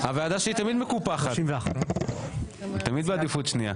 הוועדה שלי תמיד מקופחת, היא תמיד בעדיפות שנייה.